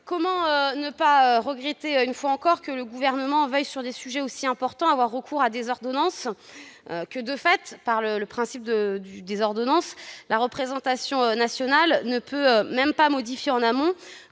Comment ne pas regretter, une fois encore, que le Gouvernement veuille, sur des sujets aussi importants, avoir recours à des ordonnances, que, de fait, la représentation nationale ne peut pas modifier en amont,